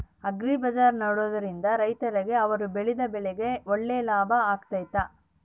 Agri ಬಜಾರ್ ನಡೆಸ್ದೊರಿಂದ ರೈತರಿಗೆ ಅವರು ಬೆಳೆದ ಬೆಳೆಗೆ ಒಳ್ಳೆ ಲಾಭ ಆಗ್ತೈತಾ?